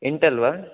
Intel वा